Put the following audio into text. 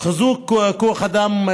על חיזוק כוח אדם,